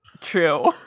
True